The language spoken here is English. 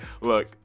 look